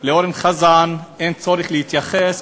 לאורן חזן אין צורך להתייחס,